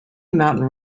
mountain